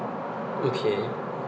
okay